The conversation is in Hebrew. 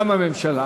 וגם מהממשלה.